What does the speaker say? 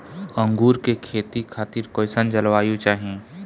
अंगूर के खेती खातिर कइसन जलवायु चाही?